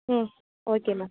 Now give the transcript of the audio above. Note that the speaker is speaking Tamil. ம் ஓகே மேம்